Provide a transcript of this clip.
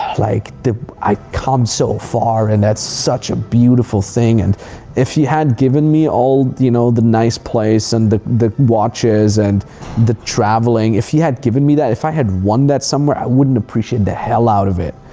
like, i've come so far and that's such a beautiful thing. and if you had given me all you know the nice place and the the watches and the traveling, if you had given me that, if i had won that somewhere, i wouldn't appreciate the hell out of it.